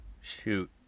shoot